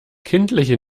kindliche